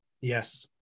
Yes